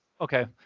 Okay